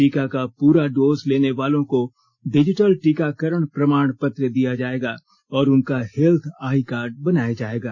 टीका का पूरा डोज लेने वालों को डिजिटल टीकाकरण प्रमाण पत्र दिया जाएगा और उनका हेल्थ आईकार्ड बनाया जाएगा